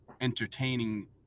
entertaining